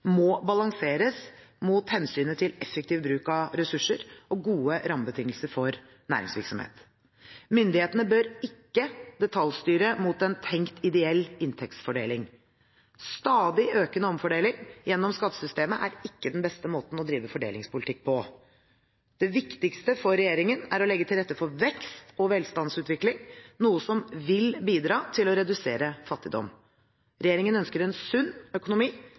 må balanseres mot hensynet til effektiv bruk av ressurser og gode rammebetingelser for næringsvirksomhet. Myndighetene bør ikke detaljstyre mot en tenkt, ideell inntektsfordeling. Stadig økende omfordeling gjennom skattesystemet er ikke den beste måten å drive fordelingspolitikk på. Det viktigste for regjeringen er å legge til rette for vekst og velstandsutvikling, noe som vil bidra til å redusere fattigdom. Regjeringen ønsker en sunn økonomi